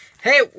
Hey